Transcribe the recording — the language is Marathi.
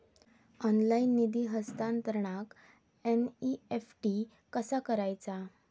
ऑनलाइन निधी हस्तांतरणाक एन.ई.एफ.टी कसा वापरायचा?